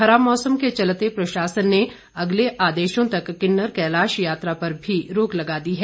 खराब मौसम के चलते प्रशासन ने अगले आदेशों तक किन्नर कैलाश यात्रा पर भी रोक लगा दी है